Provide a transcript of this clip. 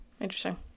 interesting